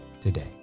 today